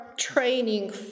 training